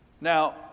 Now